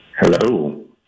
Hello